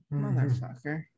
motherfucker